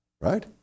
right